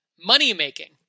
money-making